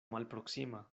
malproksima